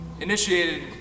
initiated